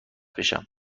بشم